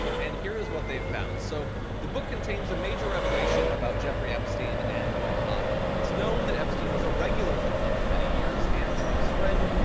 and here is what they have found. so the book contains a major revelation about jeffrey epstein and mar-a-lago. it's known that epstein was a regular at the club for many years. and trump's friend,